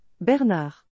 Bernard